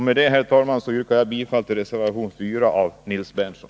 Med detta, fru talman, yrkar jag bifall till reservation 4 av Nils Berndtson.